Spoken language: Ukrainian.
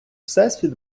всесвіт